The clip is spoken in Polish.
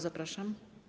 Zapraszam.